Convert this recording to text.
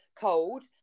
cold